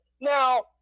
Now